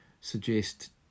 suggest